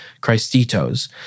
Christitos